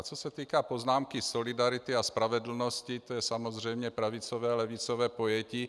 Co se týká poznámky solidarity a spravedlnosti, to je samozřejmě pravicové a levicové pojetí.